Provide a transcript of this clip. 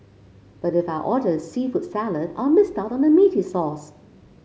but if I order the seafood salad I'll miss out on the meaty sauce